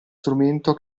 strumento